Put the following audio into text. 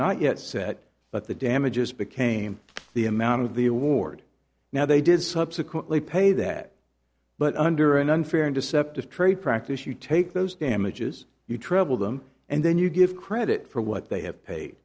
not yet set but the damages became the amount of the award now they did subsequently pay that but under an unfair and deceptive trade practice you take those damages you trouble them and then you give credit for what they have paid